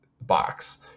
box